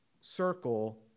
circle